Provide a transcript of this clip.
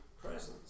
presence